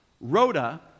Rhoda